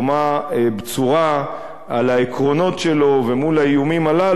בצורה על העקרונות שלו ומול האיומים הללו,